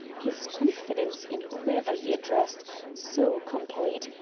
his confidence in whomever he addressed so complete,